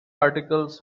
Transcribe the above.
articles